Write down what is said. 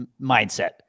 mindset